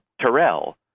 Terrell